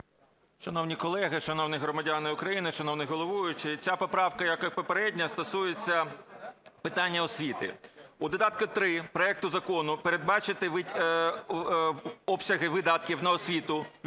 Шановні колеги, шановні громадяни України, шановний головуючий! Ця поправка, як і попередня, стосується питання освіти. У додатку 3 проекту закону передбачити обсяги видатків на освіту відповідно